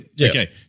okay